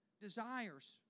desires